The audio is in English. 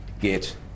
get